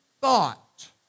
thought